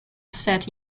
set